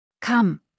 come